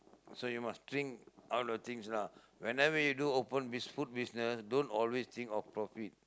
so you must think out of things lah whenever you do open food business don't always think of profit